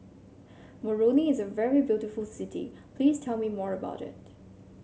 Moroni is a very beautiful city please tell me more about it